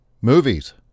movies